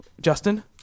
Justin